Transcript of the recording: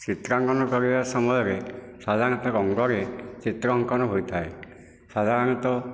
ଚିତ୍ରାଙ୍କନ କରିବା ସମୟରେ ସାଧାରଣତଃ ରଙ୍ଗରେ ଚିତ୍ର ଅଙ୍କନ ହୋଇଥାଏ ସାଧାରଣତଃ